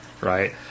right